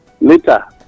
Later